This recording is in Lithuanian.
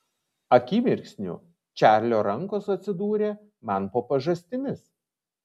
akimirksniu čarlio rankos atsidūrė man po pažastimis